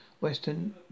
western